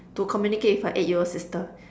to communicate with her eight year old sister